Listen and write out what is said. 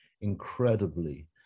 incredibly